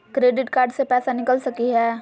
Credit card से पैसा निकल सकी हय?